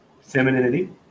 femininity